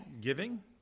giving